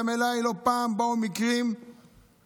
גם אליי לא פעם באו מקרים בשבת,